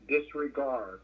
Disregard